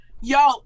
Yo